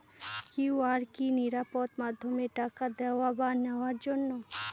QR কি নিরাপদ মাধ্যম টাকা দেওয়া বা নেওয়ার জন্য?